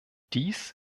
dies